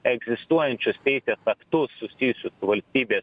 egzistuojančius teisės aktus susijusius su valstybės